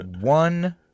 One